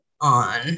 on